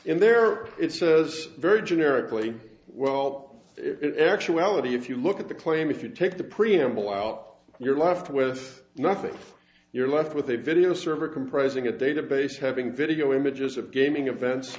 in there it's a very generically well it actuality if you look at the claim if you take the preamble out you're left with nothing you're left with a video server comprising a database having video images of gaming events